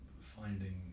finding